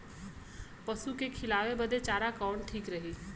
पशु के खिलावे बदे चारा कवन ठीक रही?